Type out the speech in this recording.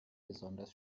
besonders